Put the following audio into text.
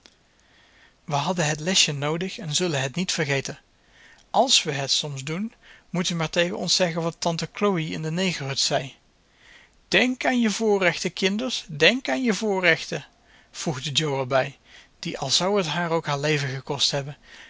we hadden het lesje noodig en zullen het niet vergeten als we het soms doen moet u maar tegen ons zeggen wat tante chloe in de negerhut zei denk aan je voorrechten kinders denk aan je voorrechten voegde jo er bij die al zou het haar ook haar leven gekost hebben